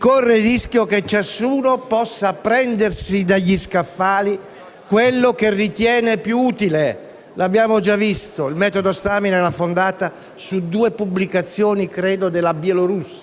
Ma soprattutto bandirei da questa discussione l'espressione «sperimentazione di massa», per due ragioni. La prima è assolutamente tecnica: